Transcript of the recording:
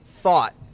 thought